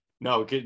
no